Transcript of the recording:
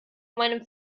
meinem